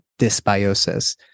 dysbiosis